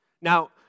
Now